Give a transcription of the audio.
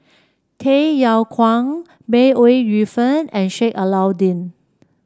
Tay Yong Kwang May Ooi Yu Fen and Sheik Alau'ddin